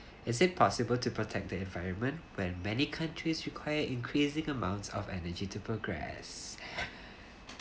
is it possible to protect the environment when many countries require increasing amounts of energy to progress